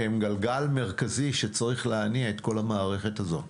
הם גלגל מרכזי שצריך להניע את כל המערכת הזו.